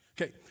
Okay